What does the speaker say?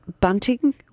Bunting